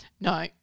no